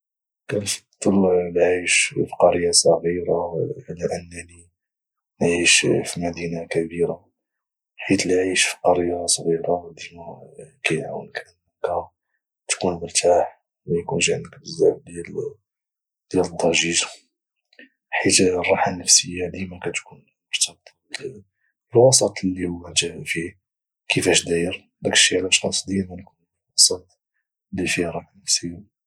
كنفضل العيش في قريه صغيره على انني نعيش في مدينه كبيره حيث العيش في قريه صغيره ديما كيعاونك انك تكون مرتاح وما يكونش بزاف ديال الضجيج حيت الراحة النفسية ديما كتكون مرتبطة بالوسط اللي هو انت فيه كفاش داير داكشي علاش خاص ديما نكونو في وسط اللي فيه راحة نفسية